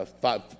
five